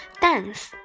Dance